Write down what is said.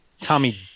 Tommy